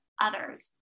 others